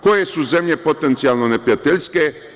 Koje su zemlje potencijalno neprijateljske?